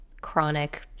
chronic